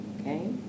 okay